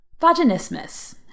Vaginismus